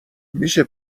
میشه